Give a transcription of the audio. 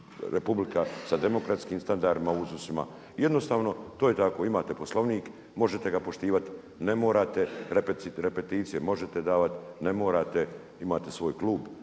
republika sa demokratskim standardima, uzusima. Jednostavno to je tako. Imate Poslovnik, možete ga poštivati, ne morate. Repeticije možete davati, ne morate. Imate svoj klub.